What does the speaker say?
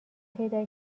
پیدا